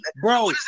bro